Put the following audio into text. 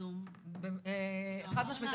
חד משמעית.